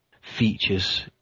features